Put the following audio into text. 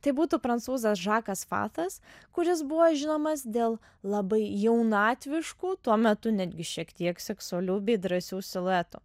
tai būtų prancūzas žakas fatas kuris buvo žinomas dėl labai jaunatviškų tuo metu netgi šiek tiek seksualių bei drąsių siluetų